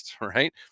right